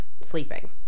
sleeping